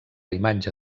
imatge